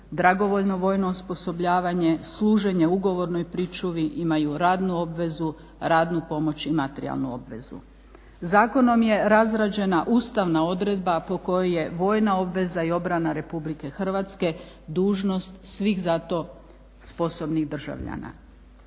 dragovoljno vojno osposobljavanje, služenje ugovornoj pričuvi, imaju radnu obvezu, radnu pomoć i materijalnu obvezu. Zakonom je razrađena ustavna odredba po kojoj je vojna obveza i obrana RH dužnost svih za to sposobnih državljana.